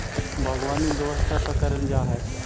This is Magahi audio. बागवानी दो स्तर पर करल जा हई